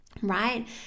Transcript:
right